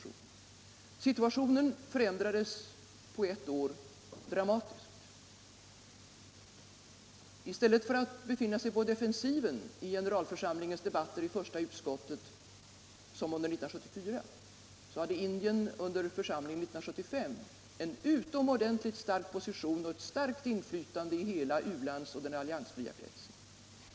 I stället för att befinna sig på defensiven 16 januari 1976 i generalförsamlingens debatter i första utskottet, som under 1974, hade —— Andien under församlingen 1975 en utomordentligt stark position och Om risken för ett starkt inflytande i hela u-landsoch den alliansfria kretsen.